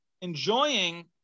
enjoying